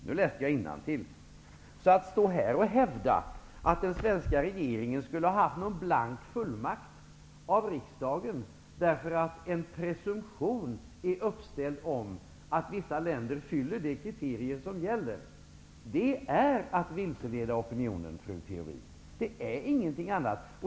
Man kan inte hävda att den svenska regeringen av riksdagen skulle ha fått någon blank fullmakt genom att en presumtion har ställts om att vissa länder uppfyller de kriterier som gäller. Det vore att vilseleda opinionen, fru Theorin, och ingenting annat.